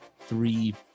three